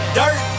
dirt